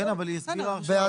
כן, אבל היא הסבירה את זה עכשיו.